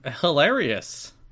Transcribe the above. Hilarious